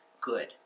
good